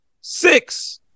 six